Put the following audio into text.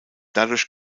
dadurch